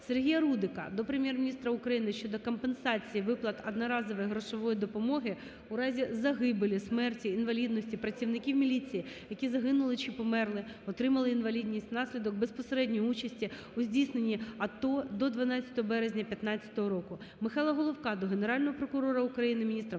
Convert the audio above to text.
Сергія Рудика до Прем'єр-міністра України щодо компенсації виплат одноразової грошової допомоги у разі загибелі (смерті), інвалідності працівників міліції, які загинули чи померли, отримали інвалідність внаслідок безпосередньої участі у здійсненні АТО до 12 березня 2015 року. Михайла Головка до Генерального прокурора України, міністра